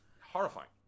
horrifying